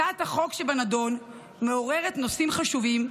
הצעת החוק שבנדון מעוררת נושאים חשובים,